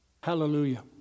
Hallelujah